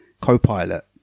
Co-pilot